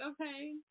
okay